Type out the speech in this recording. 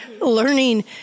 learning